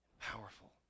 powerful